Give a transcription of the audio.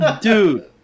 dude